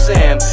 Sam